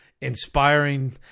inspiring